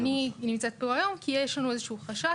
אני נמצאת פה היום כי יש לנו איזה שהוא חשש